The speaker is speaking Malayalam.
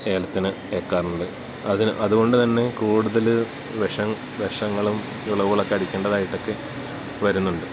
ഏലത്തിന് ഏൽക്കാറുണ്ട് അതുകൊണ്ടുതന്നെ കൂടുതല് വിഷങ്ങളും വിളവുകളൊക്കെ അടിക്കേണ്ടതായിട്ടൊക്കെ വരുന്നുണ്ട്